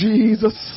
Jesus